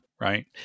right